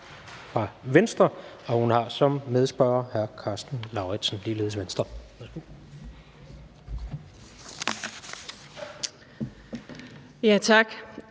fra Venstre, og hun har hr. Karsten Lauritzen, ligeledes Venstre, som